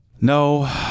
No